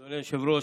אדוני היושב-ראש,